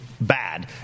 bad